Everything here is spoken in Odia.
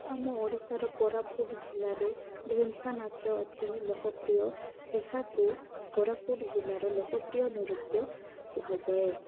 ଆମ ଓଡ଼ିଶାର କୋରାପୁଟ ଜିଲ୍ଲାରେ ଢେନସା ନାଚ ଅତି ଲୋକପ୍ରିୟ ଏହାକୁ କୋରାପୁଟ ଜିଲ୍ଲାର ଲୋକପ୍ରିୟ ନୃତ୍ୟ କୁହାଯାଏ